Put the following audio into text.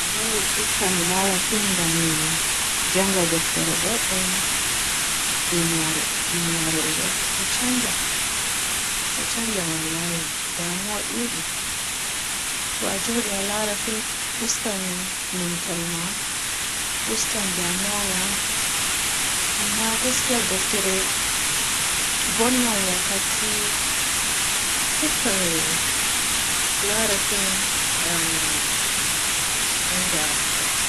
Wallahi dikka mi laara fim dan mi njannga deftere bodɗum. Duniyaru ɗum duniyaru ɗo-ɗo caanja wallahi, ɗo caanja wallahi, damuwa duudi. To a njoodi a laara fim ustan numtol ma, ustan daamuwa, amma gaskiya deftere vonnan wakkati. Dikka mi laara fim da mi njannga deftere.